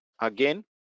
again